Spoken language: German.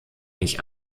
nicht